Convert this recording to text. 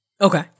Okay